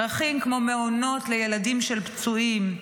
צרכים כמו מעונות לילדים של פצועים,